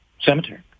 cemetery